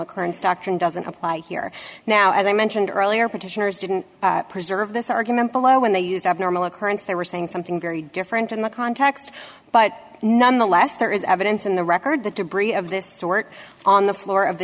occurrence doctrine doesn't apply here now as i mentioned earlier petitioners didn't preserve this argument below when they used abnormal occurrence they were saying something very different in the context but nonetheless there is evidence in the record that debris of this sort on the floor of the